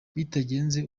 bitagenze